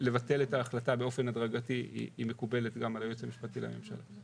לבטל את ההחלטה באופן הדרגתי היא מקובלת גם על היועץ המשפטי לממשלה.